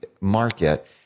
market